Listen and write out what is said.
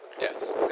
Yes